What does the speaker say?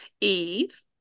Eve